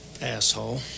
Asshole